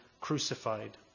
crucified